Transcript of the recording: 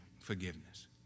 forgiveness